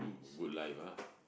oh good life ah